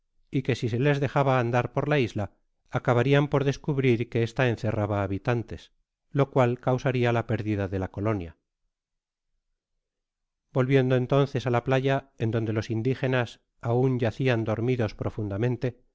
y que si se les dejaba andar por la isla acabarian por descubrir que esta encerraba habitantes la cual causaria la pérdida de la coloaia volviendo entonces á la playa en donde los indigenas aun yacian dormidos profundamente